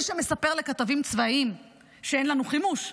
שמספר לכתבים צבאיים שאין לנו חימוש,